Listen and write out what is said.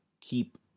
keep